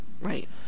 Right